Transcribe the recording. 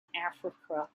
africa